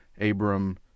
Abram